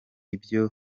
nabyo